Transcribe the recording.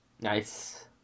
Nice